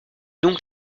donc